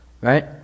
right